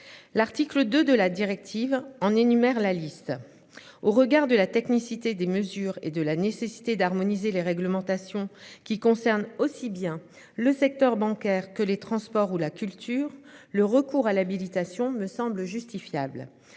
L'article 2 de la directive en énumère la liste. Au regard de la technicité des mesures et de la nécessité d'harmoniser les réglementations qui concerne aussi bien le secteur bancaire, que les transports ou la culture, le recours à l'habilitation me semble justifiables